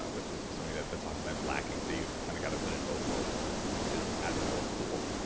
which is something that's often times lacking. so you've kind of got to fit in both worlds, which is which is admirable and cool.